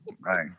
Right